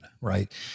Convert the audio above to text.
right